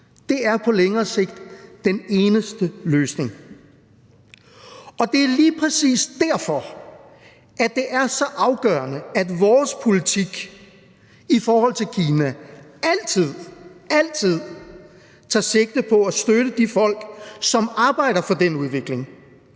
Det er på længere sigt den eneste løsning. Og det er lige præcis derfor, det er så afgørende, at vores politik i forhold til Kina altid – altid – tager sigte på at støtte de folk, som arbejder for den udvikling,